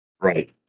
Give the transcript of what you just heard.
Right